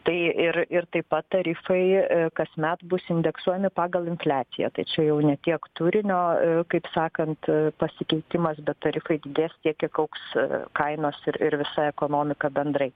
tai ir ir taip pat tarifai kasmet bus indeksuojami pagal infliaciją tai čia jau ne tiek turinio kaip sakant pasikeitimas bet tarifai didės tiek kiek augs kainos ir ir visa ekonomika bendrai